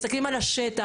מסתכלים על השטח.